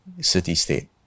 city-state